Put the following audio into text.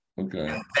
Okay